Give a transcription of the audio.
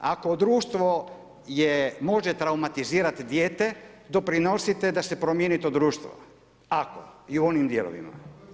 Ako društvo je, može traumatizirati dijete doprinesite da se promijeni to društvo ako, i u onim dijelovima.